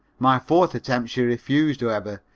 my fourth attempt she refused, however,